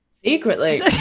secretly